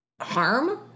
harm